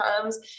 comes